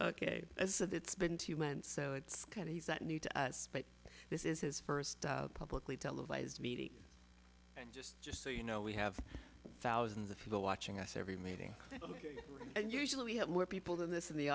as it's been two months so it's kind of that new to us but this is his first publicly televised meeting and just just so you know we have thousands of people watching us every meeting and usually we have more people than this in the